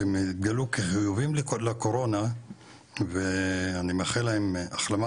שהם התגלו כחיובים לקורונה ואני מאחל להם החלמה